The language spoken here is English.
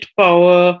power